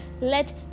let